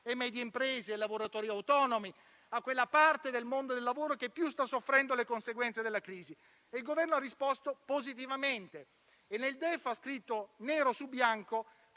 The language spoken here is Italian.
e medie imprese, ai lavoratori autonomi e a quella parte del mondo del lavoro che più sta soffrendo le conseguenze della crisi. Il Governo ha risposto positivamente e nel DEF ha scritto, nero su bianco,